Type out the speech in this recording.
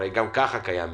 הרי גם ככה קיים ממשק,